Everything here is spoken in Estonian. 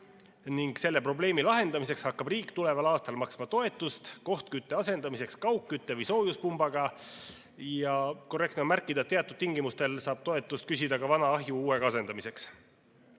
Selle probleemi lahendamiseks hakkab riik tuleval aastal maksma toetust kohtkütte asendamiseks kaugkütte või soojuspumbaga. Ja korrektne on märkida, et teatud tingimustel saab toetust küsida ka vana ahju uuega asendamiseks.